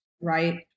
right